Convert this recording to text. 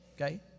okay